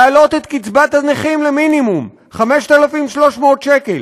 להעלות את קצבת הנכים למינימום, 5,300 שקל,